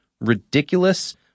ridiculous